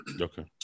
Okay